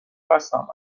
بستم